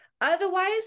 Otherwise